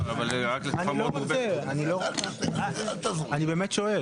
אי אפשר לעשות את זה, אני באמת שואל.